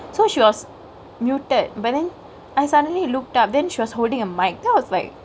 so she was muted but then I suddenly looked up then she was holdingk a mic then I was like